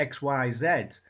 XYZ